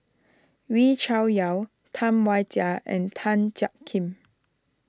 Wee Cho Yaw Tam Wai Jia and Tan Jiak Kim